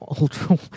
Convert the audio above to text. ultra